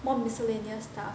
all miscellaneous stuff